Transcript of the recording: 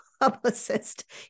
publicist